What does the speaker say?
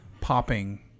popping